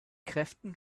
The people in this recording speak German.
kräften